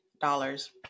dollars